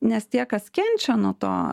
nes tie kas kenčia nuo to